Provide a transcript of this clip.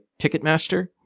Ticketmaster